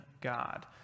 God